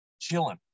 chilling